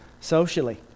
socially